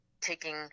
taking